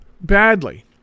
badly